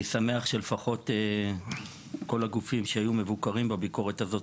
אני שמח שלפחות כל הגופים שהיו מבוקרים בביקורת הזאת,